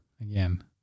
again